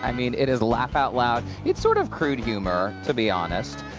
i mean it is laugh out loud. it's sort of crude humor to be honest.